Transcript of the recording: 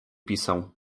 pisał